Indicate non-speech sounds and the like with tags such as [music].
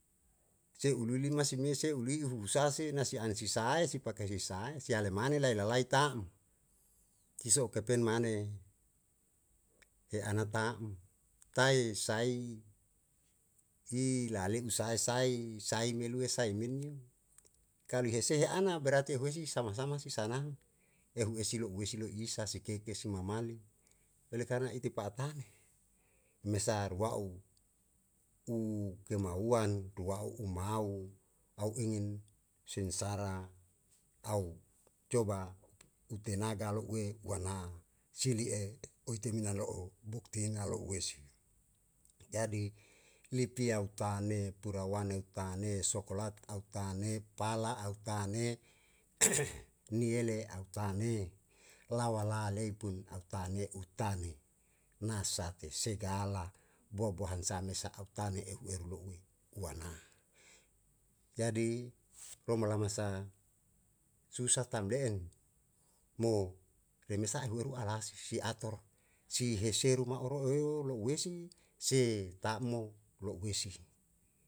Se ulu lima simese uli i uhu usaha se na si an sisae sipake hisae siale mane lae la lai tam tiso u kepen mane e ana tam tae sai i lale'u sae sai sai me lue sae me nuo kalu he se'e ana berati huesi sama sama si sanang ehu esi lo'ue si lo isa sekei ke si mamale oleh karna ite pa'atane me sa rua'u u kemauan rua'u mau au ingin sengsara au coba u tenaga lo'ue u ana sili'e oetemina lo'o bukti na lo'ue si jadi lipia utane purawane utane sokolat au tane pala au tane [noise] niele au tane lawala lei pun a tane u tane na sa te segala bua buahan sa me sa'a u tane ehu eru lo'ue uana jadi loma lama sa susah tam le'en mo remesa ai hu eru alae si ator si heseru ma oro e o lo'ue si tam mo lo'ue si.